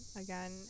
again